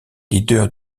leader